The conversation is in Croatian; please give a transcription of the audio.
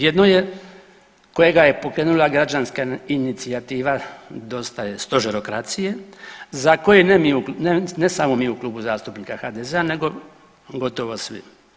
Jedno je kojega je pokrenula Građanska inicijativa Dosta je stožerokracija za koje ne samo mi u Klubu zastupnika HDZ-a nego gotovo svi.